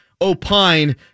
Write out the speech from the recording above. opine